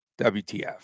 wtf